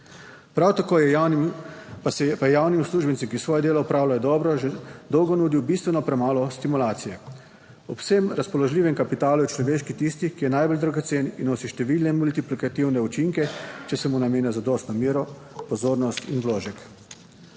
Prav tako pa javni uslužbenci, ki svoje delo opravljajo dobro že dolgo nudijo bistveno premalo stimulacije. Ob vsem razpoložljivem kapitalu je človeški tisti, ki je najbolj dragocen in nosi številne multiplikativne učinke, če se mu namenja zadostno mero, pozornost in vložek.